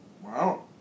Wow